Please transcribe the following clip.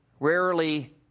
Rarely